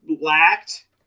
lacked